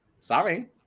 sorry